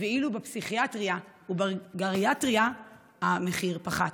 ואילו בפסיכיאטריה ובגריאטריה המחיר פחת?